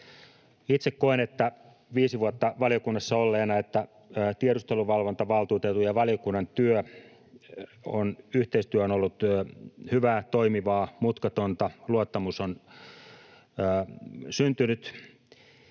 Itse koen viisi vuotta valiokunnassa olleena, että tiedusteluvalvontavaltuutetun ja valiokunnan yhteistyö on ollut hyvää, toimivaa, mutkatonta. Luottamus on syntynyt.